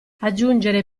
aggiungere